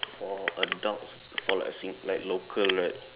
for adult for like sing~ like local right